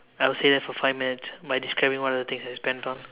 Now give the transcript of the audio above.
I would say that for five minutes by describing one of the things I spent on